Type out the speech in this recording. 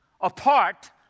apart